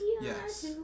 Yes